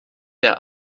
der